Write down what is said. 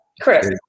Chris